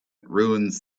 ruins